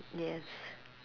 yes